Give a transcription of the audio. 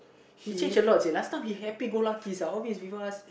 he change a lot leh last time he happy go Luckiesuhalways with us